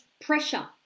pressure